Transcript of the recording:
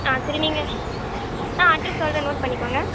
ஆ சரி நீங்கள் ஆ அட்ரஸ் சொல்கிறேன் நோட் பண்ணிக்கோங்க